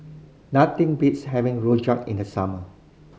nothing beats having rojak in the summer